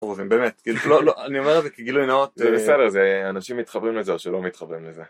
באמת אני אומר את זה כגילוי נאות זה בסדר אנשים מתחברים לזה או שלא מתחברים לזה.